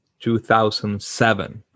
2007